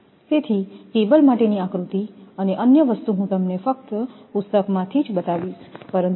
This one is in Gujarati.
તેથી કેબલ માટેની આકૃતિ અને અન્ય વસ્તુ હું તમને ફક્ત પુસ્તકમાંથી જ બતાવીશપરંતુ પછીથી